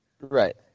Right